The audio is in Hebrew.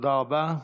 תודה רבה.